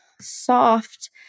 soft